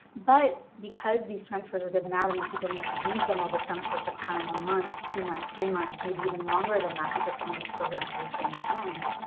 but because these transfers are given out and then people need to use them over some course of time, a month, two months, three months, maybe even longer than that, because some of these programs are just going to end.